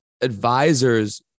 advisors